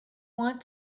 want